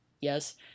yes